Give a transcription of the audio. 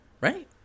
Right